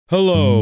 Hello